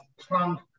Trump